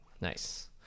nice